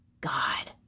God